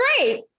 great